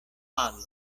falo